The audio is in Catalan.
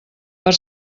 per